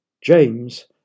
James